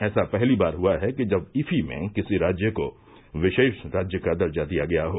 ऐसा पहली बार हुआ है जब इफी में किसी राज्य को विशेष राज्य का दर्जा दिया गया हो